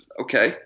Okay